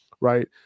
right